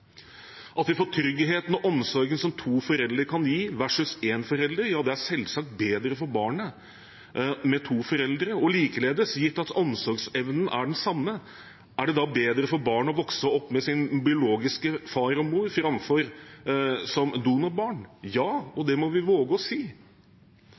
At de får tryggheten og omsorgen som to foreldre kan gi, versus en forelder? Ja, det er selvsagt bedre for barnet med to foreldre. Og likeledes: gitt at omsorgsevnen er den samme: Er det da bedre for barnet å vokse opp med sin biologiske far og mor, framfor å vokse opp som donorbarn? Ja, og